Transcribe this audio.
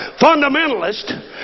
Fundamentalist